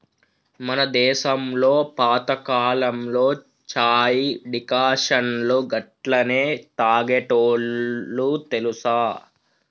మన దేసంలో పాతకాలంలో చాయ్ డికాషన్ను గట్లనే తాగేటోల్లు తెలుసా